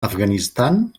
afganistan